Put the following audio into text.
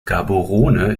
gaborone